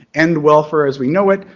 end welfare as we know it,